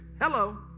Hello